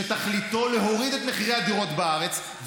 שתכליתו להוריד את מחירי הדירות בארץ,